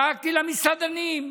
דאגתי למסעדנים.